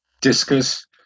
discus